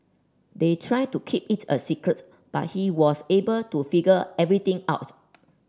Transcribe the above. they tried to keep it a secret but he was able to figure everything out